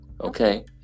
Okay